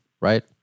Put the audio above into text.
right